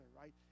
right